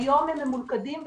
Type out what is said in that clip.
היום הם ממולכדים וסגורים,